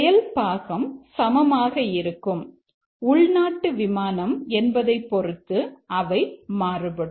செயல் பாகம் சமமாக இருக்கும் உள்நாட்டு விமானம் என்பதை பொறுத்து அவை மாறுபடும்